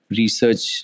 research